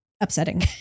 upsetting